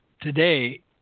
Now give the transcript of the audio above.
today